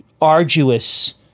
arduous